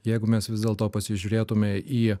jeigu mes vis dėlto pasižiūrėtume į